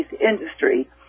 industry